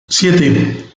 siete